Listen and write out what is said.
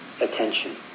attention